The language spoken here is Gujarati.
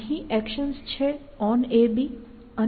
અહીં એક્શન્સ છે onAB અને onBD